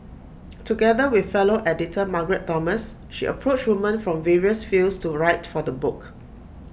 together with fellow editor Margaret Thomas she approached woman from various fields to write for the book